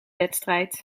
wedstrijd